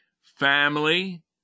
Family